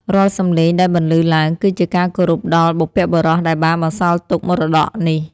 រាល់សំឡេងដែលបន្លឺឡើង គឺជាការគោរពដល់បុព្វបុរសដែលបានបន្សល់ទុកមរតកនេះ។